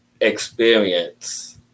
experience